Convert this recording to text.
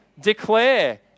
Declare